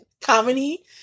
comedy